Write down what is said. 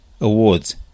Awards